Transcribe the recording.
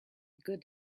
good